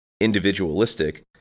individualistic